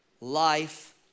life